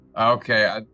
Okay